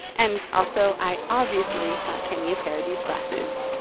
and also i obviously got kenny a pair of these glasses